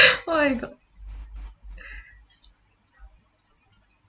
where I got